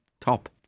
top